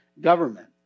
government